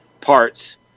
Parts